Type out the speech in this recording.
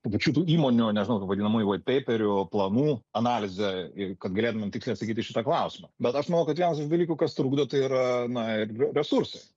pačių tų įmonių nežinau tų vadinamųjų vaitpeiperių planų analizę kad galėtumėm tiksliai atsakyt į šitą klausimą bet aš manau kad vienas iš dalykų kas trukdo tai yra na resursai